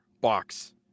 box